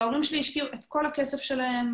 ההורים שלי השקיעו את כל הכסף שלהם.